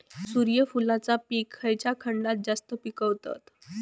सूर्यफूलाचा पीक खयच्या खंडात जास्त पिकवतत?